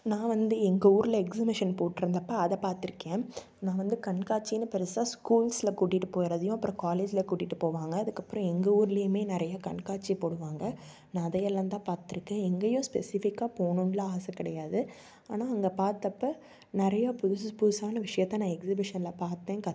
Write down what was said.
நான் வந்து எங்கள் ஊரில் எக்ஸிபிஷன் போட்டிருந்தப்ப அதை பார்த்திருக்கேன் நான் வந்து கண்காட்சினு பெரிசா ஸ்கூல்ஸில் கூட்டிகிட்டு போகிறதையும் அப்புறம் காலேஜில் கூட்டிட்டு போவாங்க அதுக்கப்புறம் எங்கள் ஊருலையும் நிறையா கண்காட்சி போடுவாங்க நான் அதையெல்லாம்தான் பார்த்திருக்கேன் எங்கேயும் ஸ்பெசிஃபிக்காக போகணுன்லாம் ஆசை கிடையாது ஆனால் அங்கே பார்த்தப்ப நிறையா புதுசு புதுசானா விஷயத்தை நான் எக்ஸிபிஷனில் பார்த்தேன் கற்றுக்கிட்டேன்